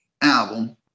album